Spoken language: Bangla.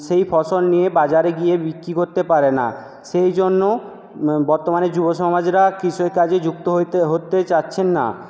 সেই ফসল নিয়ে বাজারে গিয়ে করতে পারে না সেই জন্য বর্তমানে যুব সমাজরা কৃষিকাজে যুক্ত হতে হতে চাচ্ছেন না